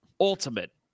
ultimate